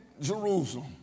Jerusalem